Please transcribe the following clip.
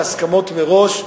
בהסכמות מראש,